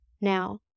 Now